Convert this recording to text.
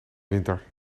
winter